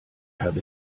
habe